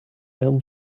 elm